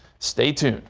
stay tuned.